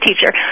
teacher